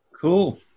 Cool